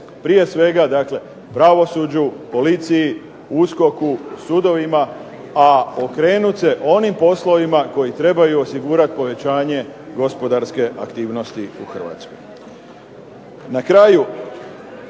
prije svega dakle pravosuđu, policiji, USKOK-u, sudovima, a okrenuti se onim poslovima koji trebaju osigurati povećanje gospodarske aktivnosti u Hrvatskoj.